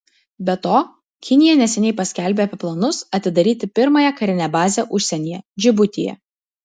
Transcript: be to kinija neseniai paskelbė apie planus atidaryti pirmąją karinę bazę užsienyje džibutyje